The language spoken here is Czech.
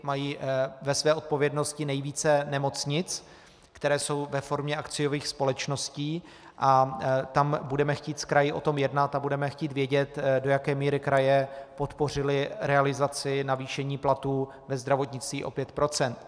Mají ve své odpovědnosti nejvíce nemocnic, které jsou ve formě akciových společností, a tam budeme chtít s kraji o tom jednat a budeme chtít vědět, do jaké míry kraje podpořily realizaci navýšení platů ve zdravotnictví o 5 %.